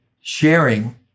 sharing